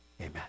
amen